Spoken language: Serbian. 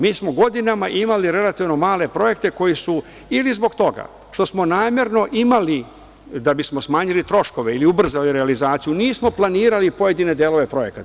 Mi smo godinama imali relativno male projekte koji su ili zbog toga što smo namerno imali da bismo smanjili troškove ili ubrzali realizaciju, nismo planirali pojedine delove projekata.